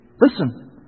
Listen